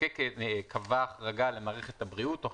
המחוקק קבע החרגה למערכת הבריאות תוך